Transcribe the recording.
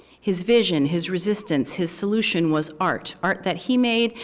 his vision, his resistance, his solution was art. art that he made,